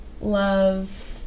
Love